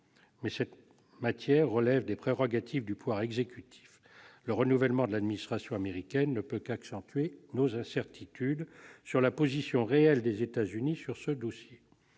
Mais cette matière relève des prérogatives du pouvoir exécutif : le renouvellement de l'administration américaine ne peut qu'accentuer nos incertitudes sur la position réelle des États-Unis sur ce dossier.